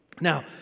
Now